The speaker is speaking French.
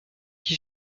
qui